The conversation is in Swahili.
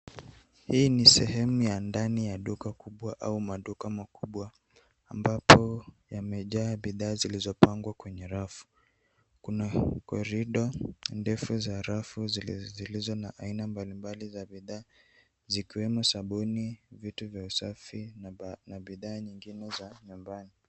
Hii ni sehemu ya ndani ya duka kubwa au maduka makubwa ambapo yamejaa bidhaa zilizopangwa kwenye rafu. Kuna korido ndefu za rafu zilizo na aina mbalimbali za bidhaa zikiwemo sabuni, vitu za usafi na bidhaa nyingine za nyumbani.